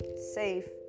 safe